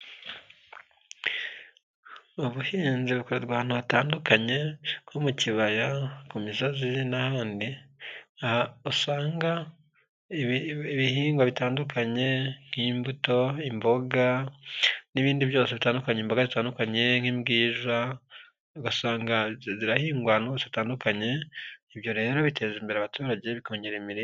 Ubuhinzi bukorwa ahantu hatandukanye nko mu kibaya, ku misozi n'ahandi usanga ibihingwa bitandukanye nk'imbuto, imboga n'ibindi byose bitandukanye. Imboga zitandukanye nk'imbwiza zitandukanye ibyo rero biteza imbere abaturage bikongera imirire.